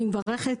אני מברכת,